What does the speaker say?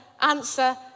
answer